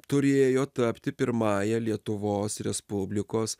turėjo tapti pirmąja lietuvos respublikos